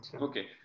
Okay